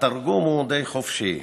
התרגום הוא די חופשי.